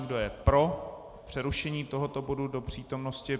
Kdo je pro přerušení tohoto bodu do přítomnosti.